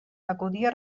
acudia